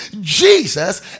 Jesus